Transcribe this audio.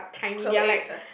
quail eggs ah